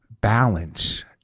balance